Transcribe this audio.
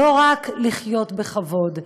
לא רק לחיות בכבוד,